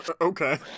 Okay